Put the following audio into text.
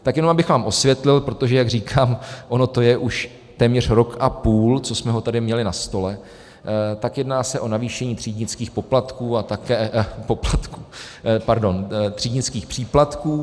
Tak jenom abych vám osvětlil, protože jak říkám, ono to je už téměř rok a půl, co jsme ho tady měli na stole, tak jedná se o navýšení třídnických poplatků pardon, třídnických příplatků